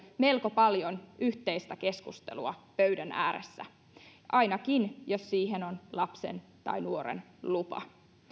melko paljon yhteistä keskustelua pöydän ääressä ainakin jos siihen on lapsen tai nuoren lupa